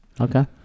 Okay